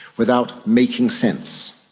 without making sense,